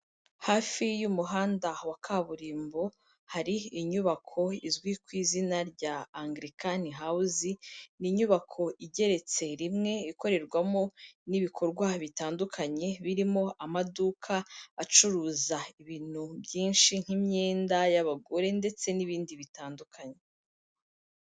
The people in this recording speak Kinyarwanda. Hafi y'umuhanda wa kaburimbo, hari inyubako izwi ku izina rya Angirikani Hawuzi, ni inyubako igeretse rimwe ikorerwamo n'ibikorwa bitandukanye, birimo amaduka acuruza ibintu byinshi nk'imyenda y'abagore, ndetse n'ibindi bitandukanye.